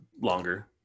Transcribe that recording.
longer